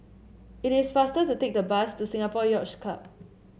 it is faster to take the bus to Singapore Yacht Club